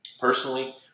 personally